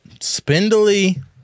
spindly